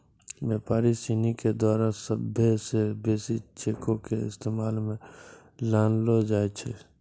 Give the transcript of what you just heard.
व्यापारी सिनी के द्वारा सभ्भे से बेसी चेको के इस्तेमाल मे लानलो जाय छै